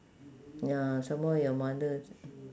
ya somemore your mother